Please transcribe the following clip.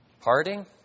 parting